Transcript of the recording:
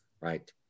Right